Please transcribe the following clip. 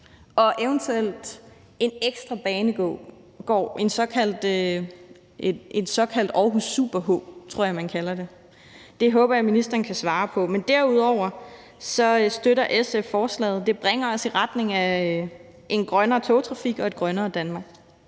og eventuelt en ekstra banegård, en såkaldt Super Aarhus H , tror jeg man kalder det. Det håber jeg ministeren kan svare på. Men derudover støtter SF forslaget. Det bringer os i retning af en grønnere togtrafik og et grønnere Danmark.